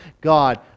God